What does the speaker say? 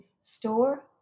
store